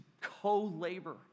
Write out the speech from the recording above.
co-labor